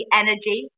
energy